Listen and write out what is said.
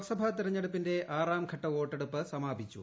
ലോക്സഭാ തെരഞ്ഞെടുപ്പിന്റെ ആറാംഘട്ട വോട്ടെടുപ്പ് സമാപിച്ചു